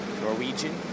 Norwegian